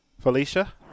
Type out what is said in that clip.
felicia